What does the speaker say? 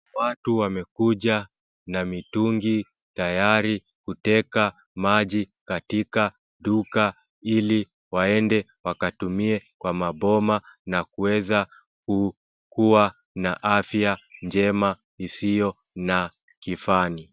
Watu wamekuja na mitungi tayari kuteka maji katika duka ili waende wakatumie kwa maboma na kueza kuwa na afya njema isiyo na kifani.